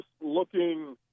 looking